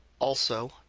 also,